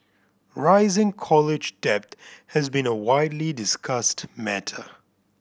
rising college debt has been a widely discussed matter